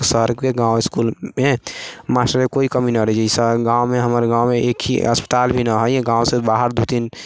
शहरके गाँव इसकुलमे मास्टरके कोइ कमी नहि रहै छै गाँवमे हमर गाँवमे एक ही अस्पताल भी नहि हइ गाँवसँ बाहर दू तीन